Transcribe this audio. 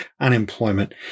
unemployment